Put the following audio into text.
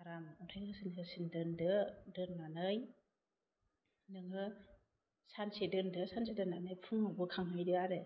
आराम अन्थाइ होसिन होसिन दोन्दो दोननानै नोङो सानसे दोनदो सानसे दोनानै फुङाव बोखांहैदो आरो